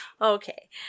Okay